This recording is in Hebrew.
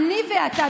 אני ואתה,